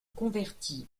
convertit